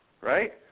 right